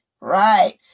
Right